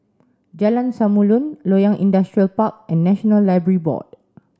Jalan Samulun Loyang Industrial Park and National Library Board